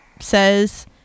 says